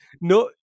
no